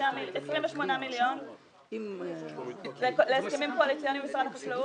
28 מיליון שקל להסכמים קואליציוניים במשרד החקלאות?